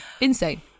Insane